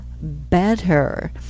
better